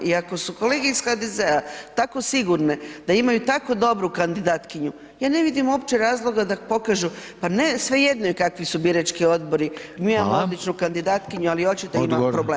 I ako su kolege iz HDZ-a tako sigurne da imaju tako dobru kandidatkinju ja ne vidim uopće razloga da pokažu, pa ne, svejedno je kakvi su birački odbori, mi imamo [[Upadica: Hvala.]] odličnu kandidatkinju, ali očito ima problem.